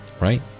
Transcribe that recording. right